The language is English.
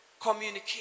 communicate